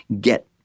get